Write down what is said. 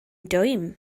dwym